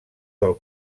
del